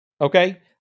okay